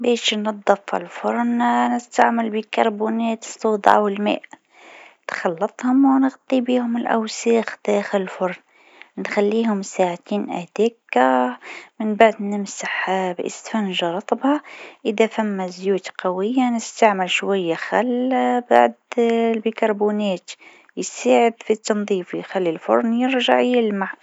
باش تنظف الفرن، أول حاجة تتأكد إنه بارد. بعدين، تفرغ الأرفف والصواني. حضر خليط من بيكربونات الصوديوم والماء، وحطّه على الأماكن الوسخة. خليها ترتاح شوية، ومن بعد فرّكها بفرشاة ولا إسفنجة. إذا كانت الدهون ملتصقة، استعمل منظف خاص للدهون. وفي الآخر، امسح كل شيء بماء نظيف.